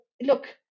look